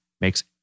makes